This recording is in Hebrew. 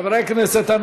חברי הכנסת,